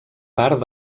part